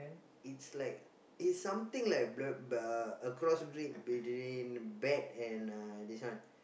it's like it's something like b~ uh a cross breed between bat and uh this one